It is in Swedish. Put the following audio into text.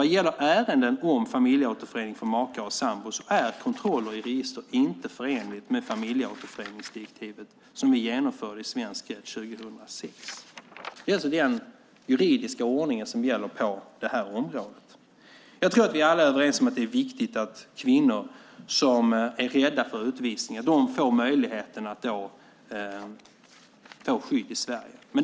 Vad gäller ärenden om familjeåterförening för makar och sambor är kontroller i registret inte förenliga med familjeåterföreningsdirektivet som vi genomförde i svensk rätt 2006. Det är alltså den juridiska ordning som gäller på det här området. Jag tror att vi alla är överens om att det är viktigt att kvinnor som är rädda för utvisning får möjlighet att få skydd i Sverige.